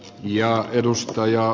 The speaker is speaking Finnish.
arvoisa puhemies